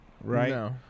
right